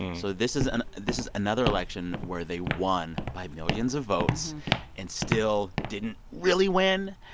so this is ah this is another election where they won by millions of votes and still didn't really win.